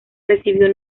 recibió